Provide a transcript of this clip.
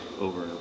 over